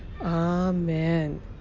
Amen